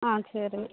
ஆ சரி